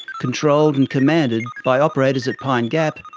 controlled and commanded by operators at pine gap,